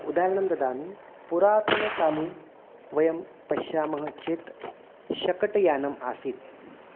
उदाहरणं ददामि पुरातनकाले वयं पश्यामः चेत् शकटयानम् आसीत्